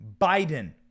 Biden